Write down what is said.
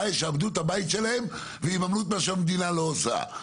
ישעבדו את הבית שלהם ויממנו את מה שהמדינה לא עושה.